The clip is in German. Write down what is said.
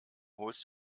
holst